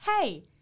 Hey